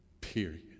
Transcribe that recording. period